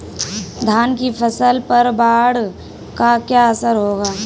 धान की फसल पर बाढ़ का क्या असर होगा?